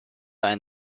and